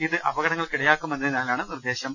ഇത് അപകടങ്ങൾക്കിടയാ ക്കുമെന്നതിനാലാണ് നിർദ്ദേശം